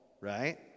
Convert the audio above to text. right